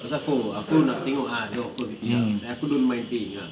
pasal aku aku nak tengok ah dia offer ke tidak then aku don't mind paying ah